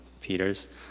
Peter's